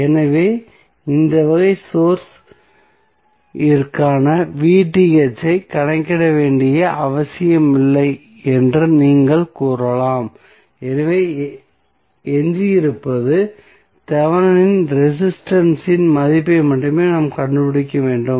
எனவே இந்த வகை சோர்ஸ் இற்கான ஐக் கணக்கிட வேண்டிய அவசியமில்லை என்று நீங்கள் கூறலாம் எனவே எஞ்சியிருப்பது தெவெனின் ரெசிஸ்டன்ஸ் இன் மதிப்பை மட்டுமே நாம் கண்டுபிடிக்க வேண்டும்